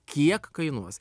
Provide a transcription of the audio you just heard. kiek kainuos